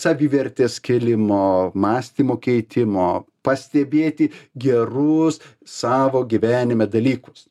savivertės kėlimo mąstymo keitimo pastebėti gerus savo gyvenime dalykus